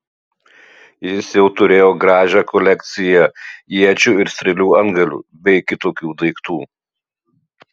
jis jau turėjo gražią kolekciją iečių ir strėlių antgalių bei kitokių daiktų